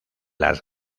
las